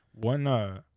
One